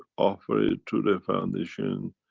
offer it through the foundation.